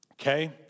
okay